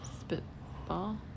spitball